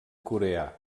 coreà